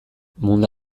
mundu